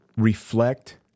reflect